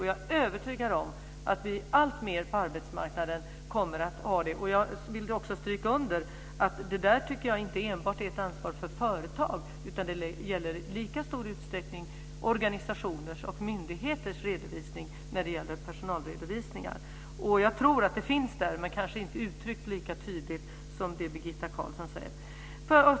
Jag är övertygad om att vi alltmer på arbetsmarknaden kommer att ha det så. Jag vill också stryka under att det inte enbart är ett ansvar för företag, utan det gäller i lika stor utsträckning organisationers och myndigheters redovisning av personal. Jag tror att det finns där men kanske inte uttryckt lika tydligt som det Birgitta Carlsson säger.